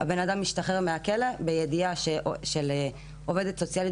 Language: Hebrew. הבן-אדם משתחרר מהכלא בידיעה של עובדת סוציאלית